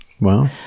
Wow